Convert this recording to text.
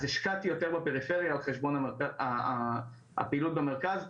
אז השקעתי יותר בפריפריה על חשבון הפעילות במרכז,